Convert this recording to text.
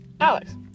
Alex